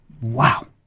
Wow